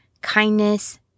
kindness